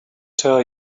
tell